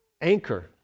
anchor